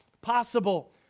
Possible